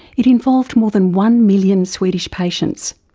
it involved more than one million swedish patients.